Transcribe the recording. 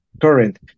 current